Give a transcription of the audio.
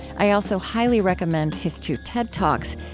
i also highly recommend his two ted talks.